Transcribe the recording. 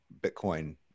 Bitcoin